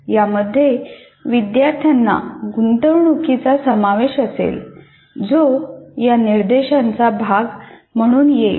यामध्ये विद्यार्थ्यांच्या गुंतवणूकीचा समावेश असेल जो या निर्देशांचा भाग म्हणून येईल